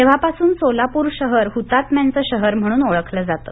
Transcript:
तेव्हापासून सोलापूर हृतात्म्यांचं शहर म्हणून ओळखलं जातं